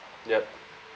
yup